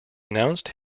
announced